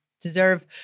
deserve